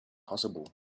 possible